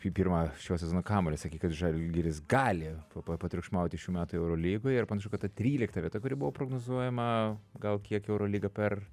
pirmą šio sezono kamuolį sakė kad žalgiris gali pa patriukšmauti šių metų eurolygoje ir panašu kad ta trylikta vieta kuri buvo prognozuojama gal kiek eurolyga per